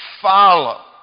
follow